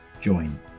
join